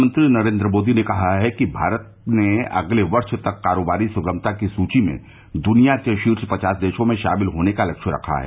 प्रधानमंत्री नरेन्द्र मोदी ने कहा है कि भारत ने अगले वर्ष तक कारोबारी सुगमता की सुची में दृनिया के शीर्ष पचास देशों में शामिल होने का लक्ष्य रखा है